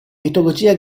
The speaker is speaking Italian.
mitologia